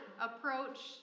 approach